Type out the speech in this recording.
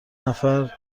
نفر